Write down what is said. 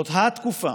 זאת ה-תקופה,